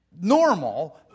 normal